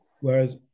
whereas